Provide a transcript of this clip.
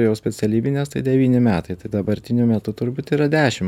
jau specialybinės tai devyni metai tai dabartiniu metu turbūt yra dešim